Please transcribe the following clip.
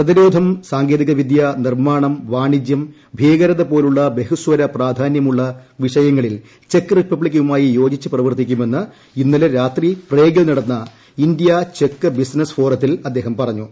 പ്രതിരോധം സാങ്കേതികവിദ്യ നിർമ്മാണം വാണിജ്യം ഭീകരതപോലുള്ള ബഹുസ്വര പ്രാധാന്യമുള്ള വിഷയങ്ങളിൽ ചെക്ക് റിപ്പബ്ലിക്കുമായി യോജിച്ച് പ്രവർത്തിക്കുമെന്ന് ഇന്നലെ രാത്രി പ്രേഗിൽ നടന്ന ഇന്ത്യാ ചെക്ക് ബിസിനസ് ഫോറത്തിൽ അദ്ദേഹം പറഞ്ഞു